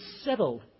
settled